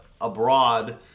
abroad